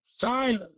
silence